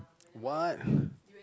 what